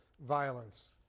violence